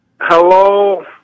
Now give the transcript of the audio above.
Hello